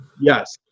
yes